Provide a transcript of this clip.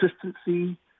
consistency